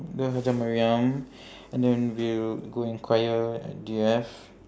go hajjah mariam and then we'll go enquire at D_F